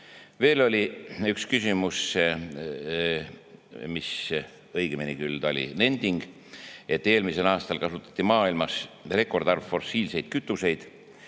Veel oli üks küsimus, õigemini küll nending, et eelmisel aastal kasutati maailmas rekordarv fossiilseid kütuseid